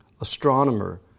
astronomer